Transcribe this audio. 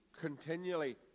continually